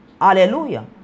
Hallelujah